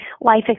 life